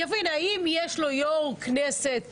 יבין האם יש לו יושב-ראש כנסת קבוע,